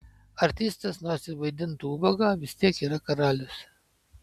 artistas nors ir vaidintų ubagą vis tiek yra karalius